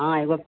हँ एगो